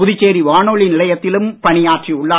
புதுச்சேரி வானொலி நிலையத்திலும் பணியாற்றி உள்ளார்